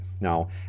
Now